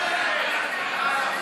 נראה אתכם.